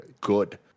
good